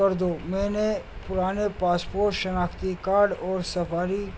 کر دو میں نے پرانے پاسپورٹ شناختی کارڈ اور سفاری